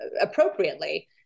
appropriately